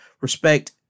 respect